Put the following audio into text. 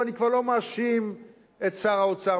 אני כבר לא מאשים את שר האוצר,